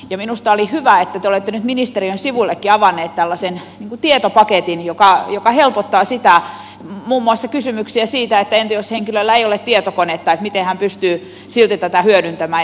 ja minusta on hyvä että te olette nyt ministeriön sivuillekin avanneet tällaisen tietopaketin joka helpottaa siinä jos on muun muassa kysymyksiä että entä jos henkilöllä ei ole tietokonetta miten hän pystyy silti tätä hyödyntämään